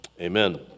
Amen